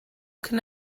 can